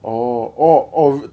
orh orh orh